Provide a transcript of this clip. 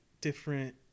different